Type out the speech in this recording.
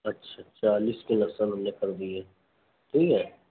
اچھا چالیس کے لحسن ہم نے کر دیے ٹھیک ہے